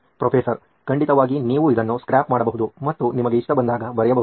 professor ಖಂಡಿತವಾಗಿ ನೀವು ಇದನ್ನು ಸ್ಕ್ರ್ಯಾಪ್ ಮಾಡಬಹುದು ಮತ್ತು ನಿಮಗೆ ಇಷ್ಟಬಂದಾಗ ಬರೆಯಬಹುದು